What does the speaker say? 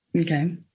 Okay